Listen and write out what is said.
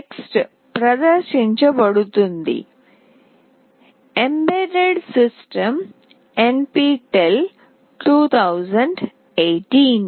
text ప్రదర్శించబడుతుంది "embedded system NPTEL 2018"